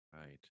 Right